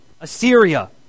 Assyria